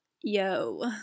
yo